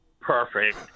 Perfect